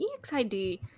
EXID